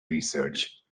research